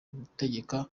gutegeka